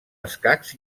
escacs